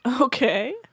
Okay